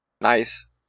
Nice